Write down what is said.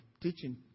teaching